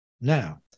now